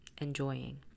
enjoying